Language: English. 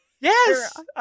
Yes